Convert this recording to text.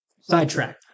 Sidetrack